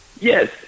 Yes